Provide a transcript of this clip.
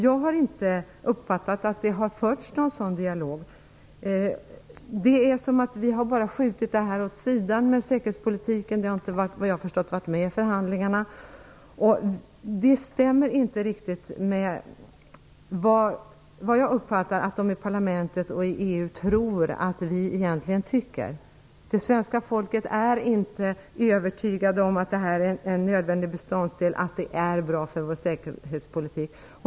Jag har inte uppfattat att det har förts någon sådan dialog. Det verkar som att vi har skjutit säkerhetspolitiken åt sidan, den har inte varit med i förhandlingarna. Det stämmer inte riktigt med vad jag uppfattar att man i parlamentet och i EU tror att vi egentligen tycker. Det svenska folket är inte övertygat om att det är en nödvändig beståndsdel, att det är bra för vår säkerhetspolitik.